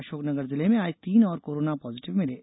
अशोक नगर जिले में आज तीन और कोरोना पाजिटिव मिले